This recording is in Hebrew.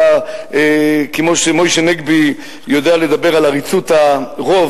כמו שמשה נגבי יודע לדבר על עריצות הרוב